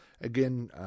Again